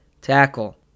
tackle